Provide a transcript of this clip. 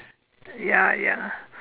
ya ya